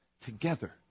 Together